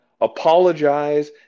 apologize